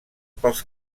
pels